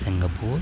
Singapore